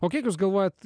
o kiek jūs galvojat